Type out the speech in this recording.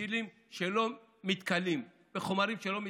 בכלים שלא מתכלים, בחומרים שלא מתכלים,